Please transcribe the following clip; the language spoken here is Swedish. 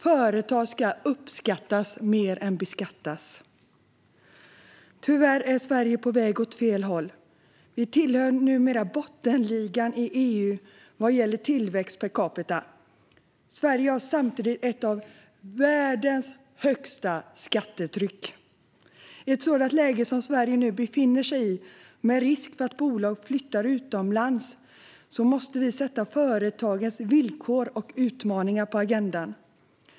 Företag ska uppskattas mer än beskattas. Tyvärr är Sverige på väg åt fel håll - vi tillhör numera bottenligan i EU vad gäller tillväxt per capita. Samtidigt har Sverige ett av världens högsta skattetryck. I ett läge som det Sverige nu befinner sig i, med risk för att bolag flyttar utomlands, måste vi sätta företagens villkor och utmaningar på agendan.